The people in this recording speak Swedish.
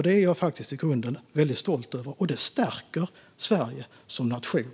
Det är jag i grunden väldigt stolt över, och det stärker Sverige som nation.